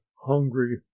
hungry